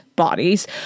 bodies